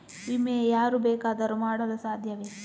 ವಿಮೆ ಯಾರು ಬೇಕಾದರೂ ಮಾಡಲು ಸಾಧ್ಯವೇ?